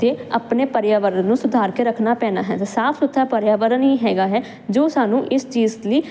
ਤੇ ਆਪਣੇ ਪਰਿਆਵਰਨ ਨੂੰ ਸੁਧਾਰ ਕੇ ਰੱਖਣਾ ਪੈਣਾ ਹੈ ਤੇ ਸਾਫ ਸੁਥਰਾ ਪਰਿਆਵਰਨ ਹੀ ਹੈਗਾ ਹੈ ਜੋ ਸਾਨੂੰ ਇਸ ਚੀਜ਼ ਲਈ